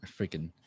freaking